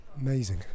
Amazing